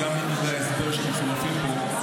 גם מדברי ההסבר שמצורפים פה,